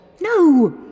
No